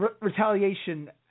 retaliation